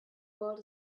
world